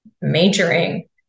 majoring